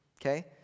Okay